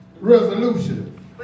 Resolution